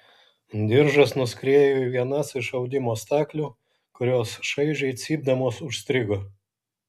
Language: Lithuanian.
diržas nuskriejo į vienas iš audimo staklių kurios šaižiai cypdamos užstrigo